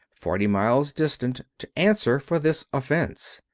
forty miles distant, to answer for this offense.